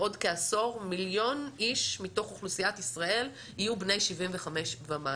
בעוד כעשור מיליון איש מתוך אוכלוסיית ישראל יהיו בני 75 ומעלה.